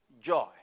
joy